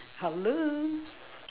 hello